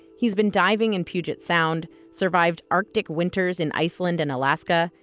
he's been diving in puget sound, survived arctic winters in iceland and alaska,